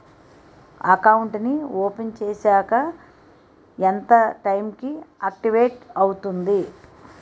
Account నీ open చేశాక ఎంత టైం కి ఆక్టివేట్ అవుతుంది?